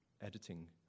editing